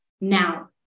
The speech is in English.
now